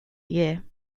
year